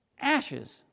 Ashes